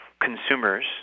consumers